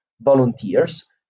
volunteers